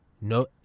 No